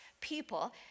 people